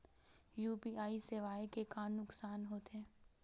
UPI सेवाएं के का नुकसान हो थे?